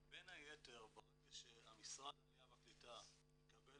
ובין היתר ברגע שמשרד העלייה והקליטה יקבל